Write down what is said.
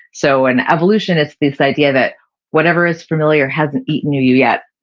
so in evolution it's this idea that whatever is familiar hasn't eaten you yet,